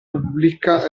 pubblica